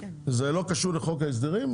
זה לא קשור לחוק ההסדרים,